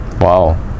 Wow